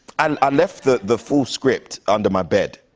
i left the the full script under my bed,